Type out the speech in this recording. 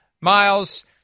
miles